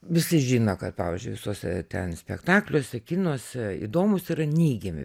visi žino kad pavyzdžiui visuose ten spektakliuose kinuose įdomūs yra neigiami